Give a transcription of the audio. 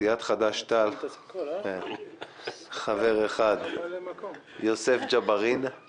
סיעת חד"ש-תע"ל, חבר אחד: יוסף ג'בארין;